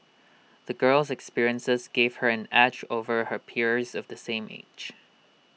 the girl's experiences gave her an edge over her peers of the same age